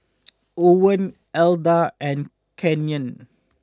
Owens Alda and Canyon